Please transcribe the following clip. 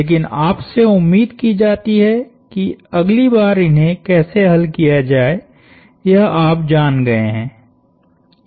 लेकिन आपसे उम्मीद की जाती है कि अगली बार इन्हें कैसे हल किया जाए यह आप जान गए है